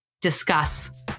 Discuss